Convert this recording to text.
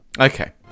Okay